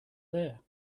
there